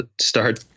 start